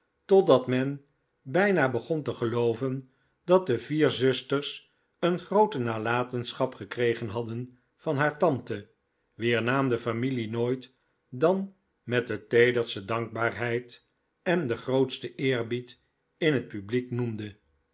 totdat men bijna begon te gelooven dat de vier zusters een groote nalatenschap gekregen hadden van haar tante wier naam de familie nooit dan met de teederste dankbaarheid en den grootsten eerbied in het publiek noemde